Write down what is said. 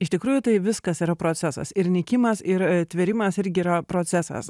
iš tikrųjų tai viskas yra procesas ir nykimas ir a tvėrimas irgi yra procesas